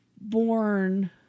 born